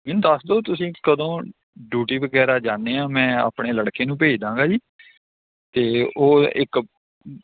ਇਹਨੂੰ ਦੱਸ ਦਿਉ ਤੁਸੀਂ ਕਦੋਂ ਡਿਊਟੀ ਵਗੈਰਾ ਜਾਂਦੇ ਹਾਂ ਮੈਂ ਆਪਣੇ ਲੜਕੇ ਨੂੰ ਭੇਜ ਦੇਵਾਂਗਾ ਜੀ ਅਤੇ ਉਹ ਇੱਕ